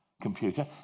computer